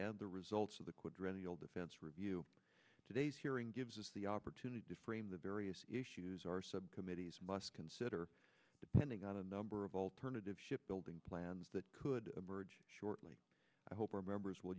and the results of the quadrennial defense review today's hearing gives us the opportunity to frame the various issues our subcommittees must consider depending on a number of alternative shipbuilding plans that could emerge shortly i hope our members will